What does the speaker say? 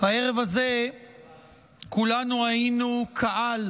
הערב הזה כולנו היינו קהל